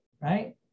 right